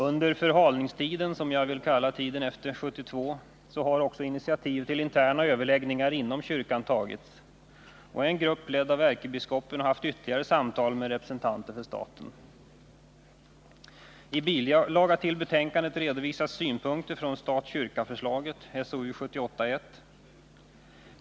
Under förhalningstiden, som jag vill kalla tiden efter 1972, har också initiativ till interna överläggningar inom kyrkan tagits, och en grupp ledd av ärkebiskopen har haft ytterligare samtal med representanter för staten. I bilaga till betänkandet redovisas synpunkterna från stat-kyrka-förslaget, SOU 1978:1.